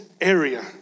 area